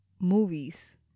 movies